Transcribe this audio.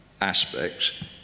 aspects